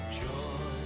joy